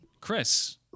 Chris